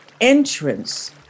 entrance